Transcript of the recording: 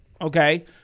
okay